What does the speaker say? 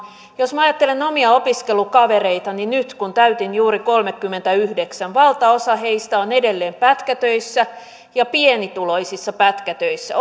jos minä ajattelen omia opiskelukavereitani nyt kun täytin juuri kolmekymmentäyhdeksän niin valtaosa heistä on edelleen pätkätöissä ja pienituloisissa pätkätöissä